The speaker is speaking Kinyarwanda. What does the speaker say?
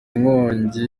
nkongi